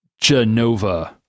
Genova